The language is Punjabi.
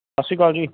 ਸਤਿ ਸ਼੍ਰੀ ਅਕਾਲ ਜੀ